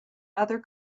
other